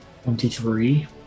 Twenty-three